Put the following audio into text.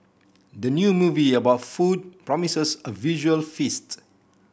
the new movie about food promises a visual feast